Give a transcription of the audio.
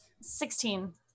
Sixteen